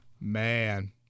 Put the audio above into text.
Man